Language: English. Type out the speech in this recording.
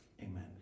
amen